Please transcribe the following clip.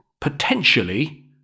potentially